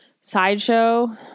Sideshow